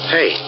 Hey